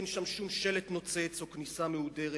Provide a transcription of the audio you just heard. אין שם שום שלט נוצץ או כניסה מהודרת.